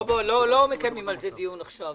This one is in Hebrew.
תודה, אנחנו לא מקיימים על זה דיון עכשיו.